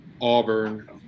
Auburn